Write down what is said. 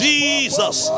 Jesus